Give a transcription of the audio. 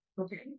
Okay